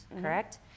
correct